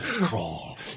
crawl